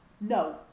No